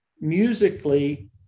musically